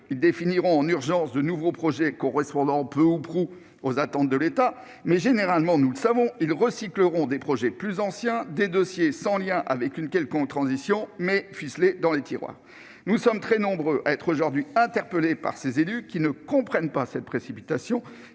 ils définiront en urgence de nouveaux projets correspondant peu ou prou aux attentes de l'État, mais nous savons bien qu'ils recycleront en général des projets plus anciens, des dossiers sans lien avec une quelconque transition, mais déjà ficelés dans les tiroirs. Nous sommes très nombreux à être aujourd'hui interpellés par des élus qui ne comprennent pas cette précipitation